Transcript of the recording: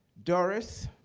doris,